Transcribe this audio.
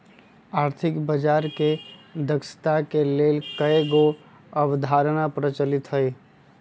आर्थिक बजार के दक्षता के लेल कयगो अवधारणा प्रचलित हइ